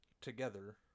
Together